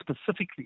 specifically